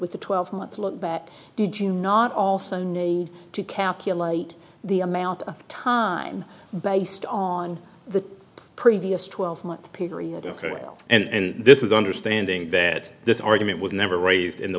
with the twelve month look back at did you not also need to calculate the amount of time based on the previous twelve month period as well and this is the understanding that this argument was never raised in the